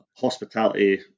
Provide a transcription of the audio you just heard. Hospitality